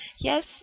yes